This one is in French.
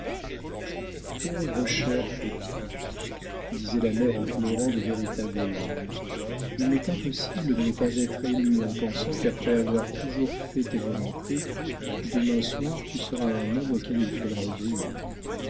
pauvre chère petite disait la mère en pleurant de véritables larmes il m'est impossible de ne pas être émue en pensant qu'après avoir toujours fait tes volontés demain soir tu seras à un homme auquel il faudra obéir